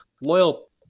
loyal